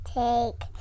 take